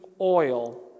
oil